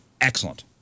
Excellent